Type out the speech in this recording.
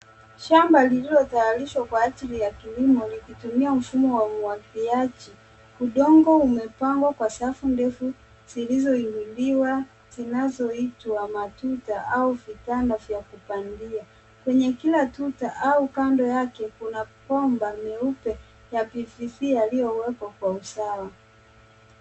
Shamba lililotayarishwa kwa ajili ya kilimo, likitumia mfumo wa umwagiliaji. Udongo umepangwa kwa safu ndefu zilizoinuliwa, zinazoitwa matuta au vitanda vya kupandia. Kwenye kila tuta au kando yake kuna bomba meupe ya PVC yaliyowekwa kwa usawa.